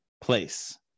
place